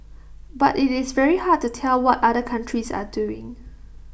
but IT is very hard to tell what other countries are doing